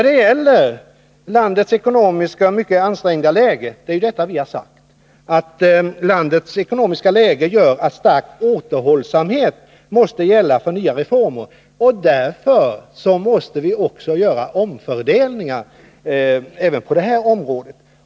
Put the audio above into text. Det är ju detta vi har sagt: Landets mycket ansträngda ekonomiska läge gör att stark återhållsamhet måste gälla för nya reformer. Därför måste vi också göra omfördelningar även på detta område.